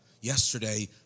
yesterday